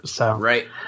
Right